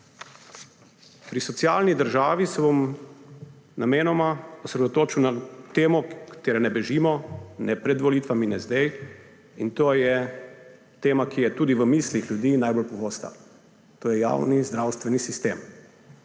Pri socialni državi se bom namenoma osredotočil na temo, od katere ne bežimo, ne pred volitvami ne zdaj, in to je tema, ki je tudi v mislih ljudi najbolj pogosta, to je javni zdravstveni sistem.